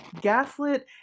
gaslit